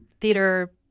theater